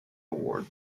award